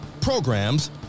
programs